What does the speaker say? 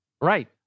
Right